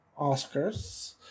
Oscars